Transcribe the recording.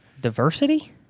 Diversity